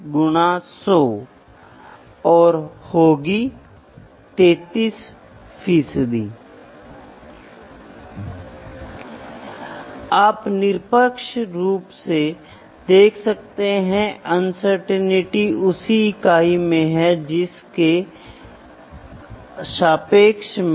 तो यहाँ यह एमपीरीकल मेथड से हो सकता है दूसरा रेशनल मेथड से हो सकता है तीसरा एक्सपेरिमेंटल मेथड से हो सकता है ठीक है